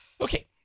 Okay